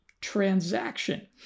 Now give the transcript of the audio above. transaction